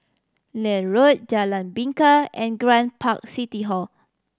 Neil Road Jalan Bingka and Grand Park City Hall